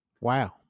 wow